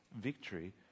victory